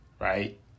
right